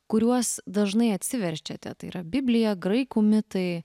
kuriuos dažnai atsiverčiate tai yra biblija graikų mitai